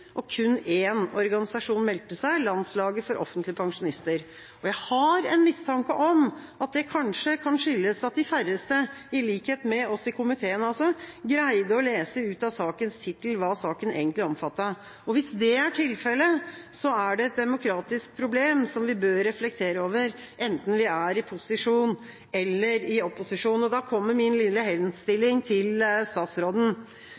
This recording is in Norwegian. høring. Kun én organisasjon meldte seg, Landslaget for offentlige pensjonister. Jeg har en mistanke om at det kanskje kan skyldes at de færreste – i likhet med oss i komiteen – greide å lese ut av sakens tittel hva saken egentlig omfattet. Hvis det er tilfelle, er det et demokratisk problem som vi bør reflektere over, enten vi er i posisjon eller i opposisjon. Da kommer min lille henstilling til statsråden,